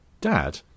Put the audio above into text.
dad